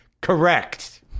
Correct